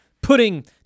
putting